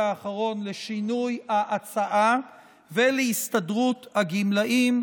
האחרון לשינוי ההצעה ולהסתדרות הגמלאים.